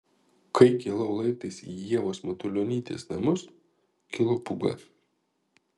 kai kilau laiptais į ievos matulionytės namus kilo pūga